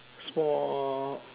small